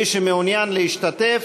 מי שמעוניין להשתתף,